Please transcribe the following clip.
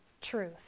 truth